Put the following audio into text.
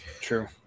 True